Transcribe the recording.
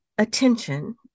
attention